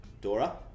Dora